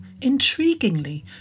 intriguingly